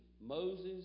Moses